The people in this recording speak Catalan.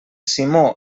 simó